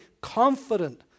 confident